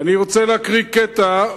אני רוצה להקריא קטע,